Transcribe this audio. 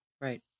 Right